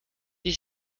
die